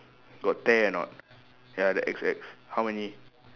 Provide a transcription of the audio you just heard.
got tear or not ya the X X how many